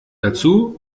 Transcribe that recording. dazu